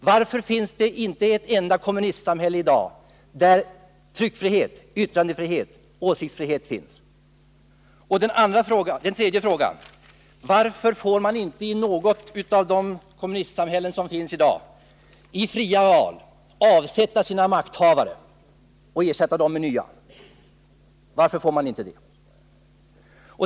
Varför finns det inte ett enda kommunistiskt samhälle i dag, där tryckfrihet, yttrandefrihet och åsiktsfrihet råder? För det tredje: Varför får man inte i något av de kommunistiska samhällen som finns i dag i fria val avsätta sina makthavare och ersätta dem med nya?